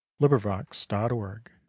LibriVox.org